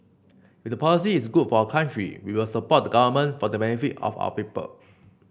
if the policy is good for our country we will support the government for the benefit of our people